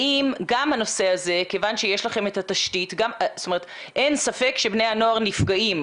אין ספק שבני הנוער נפגעים,